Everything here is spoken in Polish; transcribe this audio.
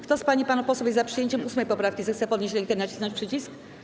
Kto z pań i panów posłów jest za przyjęciem 8. poprawki, zechce podnieść rękę i nacisnąć przycisk.